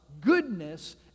goodness